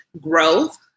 growth